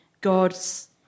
God's